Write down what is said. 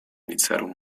iniziarono